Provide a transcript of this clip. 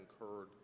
incurred